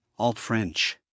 Alt-French